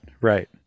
Right